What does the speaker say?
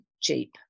cheap